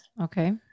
Okay